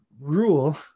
rule